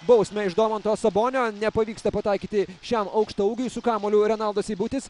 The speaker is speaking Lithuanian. bausmę iš domanto sabonio nepavyksta pataikyti šiam aukštaūgiui su kamuoliu renaldas seibutis